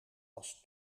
was